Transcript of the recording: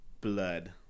blood